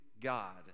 God